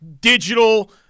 digital